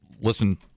listen